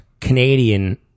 Canadian